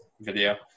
video